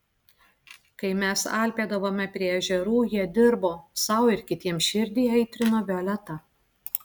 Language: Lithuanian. kai mes alpėdavome prie ežerų jie dirbo sau ir kitiems širdį aitrino violeta